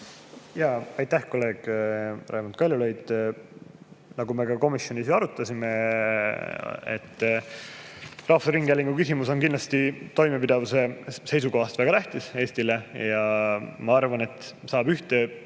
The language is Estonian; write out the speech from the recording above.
Aitäh, kolleeg Raimond Kaljulaid! Nagu me ka komisjonis arutasime, rahvusringhäälingu küsimus on kindlasti toimepidevuse seisukohast väga tähtis Eestile. Ma arvan, et seda saab